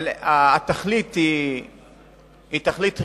אבל התכלית היא תכלית ראויה,